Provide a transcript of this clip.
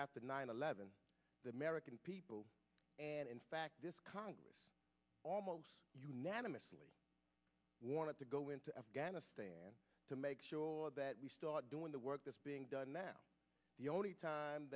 after nine eleven the american people and in fact this congress almost unanimously want to go into afghanistan to make sure that we start doing the work that's being done now the only